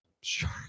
Sure